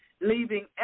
leaving